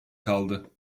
kaldı